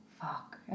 Fuck